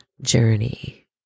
journey